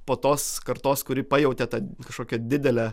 po tos kartos kuri pajautė tą kažkokią didelę